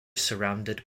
surrounded